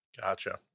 Gotcha